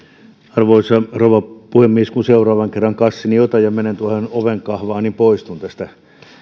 arvoisa rouva puhemies kun seuraavan kerran kassini otan ja menen tuohon ovenkahvaan niin poistun tästä